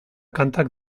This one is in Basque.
kantak